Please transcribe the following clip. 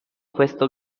questo